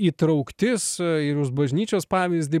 įtrauktis ir jūs bažnyčios pavyzdį